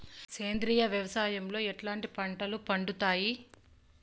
సేంద్రియ వ్యవసాయం లో ఎట్లాంటి పంటలు పండుతాయి